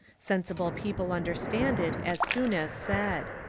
sensible people un derstand it as soon as said.